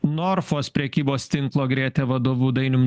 norfos prekybos tinklo grėtė vadovu dainium